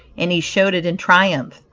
and he showed it in triumph,